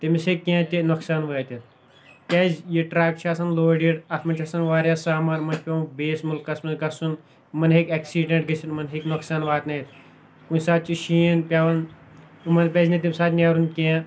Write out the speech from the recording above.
تٔمِس ہٮ۪کہِ کیٚنٛہہ تہِ نۄقصان وٲتِتھ کیازِ یہِ ٹریک چھِ آسان لوڈِڈ اَتھ منٛز چُھ آسان واریاہ سَامان منٛز چھُ پیوان بیٚیس مُلکس منٛز گژھُن یِمن ہٮ۪کہِ اٮ۪کسیٖڈنٛٹ گٔژھِتھ یِمن ہٮ۪کہِ نۄقصان واتنٲیِتھ کُنہِ ساتہٕ چھُ شیٖن پیوان یِمن پَزِ نہٕ تَمہِ ساتہٕ نیرُن کیٚنٛہہ